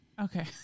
Okay